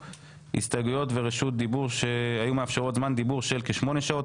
הסתייגויות ורשות דיבור שהיו מאפשרות זמן דיבור של כשמונה שעות,